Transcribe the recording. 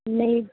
ਨਹੀਂ